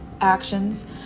actions